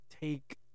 take